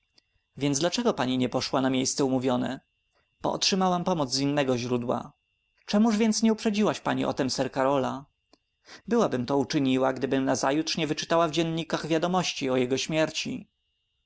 więc dlaczego pani nie poszła na miejsce umówione bo otrzymałam pomoc z innego źródła czemuż więc nie uprzedziłaś pani o tem sir karola byłabym to uczyniła gdybym nazajutrz nie wyczytała w dziennikach wiadomości o jego śmierci